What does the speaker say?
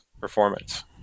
performance